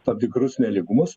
tam tikrus nelygumus